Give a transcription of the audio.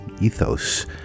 ethos